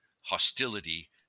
hostility